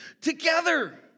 together